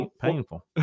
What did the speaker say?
Painful